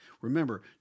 Remember